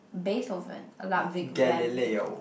Beethoven Lugwig van Beethoven